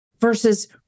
versus